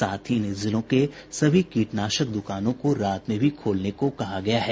साथ ही इन जिलों के सभी कीटनाशक दुकानों को रात में भी खोलने को कहा गया है